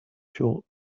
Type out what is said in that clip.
short